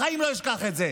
בחיים לא אשכח את זה.